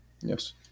Yes